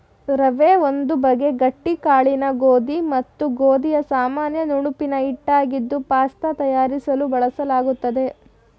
ರವೆ ಒಂದು ಬಗೆ ಗಟ್ಟಿ ಕಾಳಿನ ಗೋಧಿ ಮತ್ತು ಗೋಧಿಯ ಸಾಮಾನ್ಯ ನುಣುಪಿನ ಹಿಟ್ಟಾಗಿದ್ದು ಪಾಸ್ತ ತಯಾರಿಸಲು ಬಳಲಾಗ್ತದೆ